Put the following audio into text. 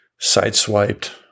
sideswiped